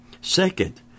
Second